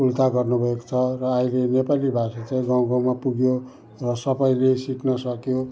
उल्था गर्नुभएको छ र आहिले नेपाली भाषा चाहिँ गाउँ गाउँमा पुग्यो र सबैले सिक्न सक्यो